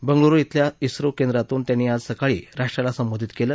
बंगळुरु खल्या झो केंद्रातून त्यांनी आज सकाळी राष्ट्राला संबोधित केलं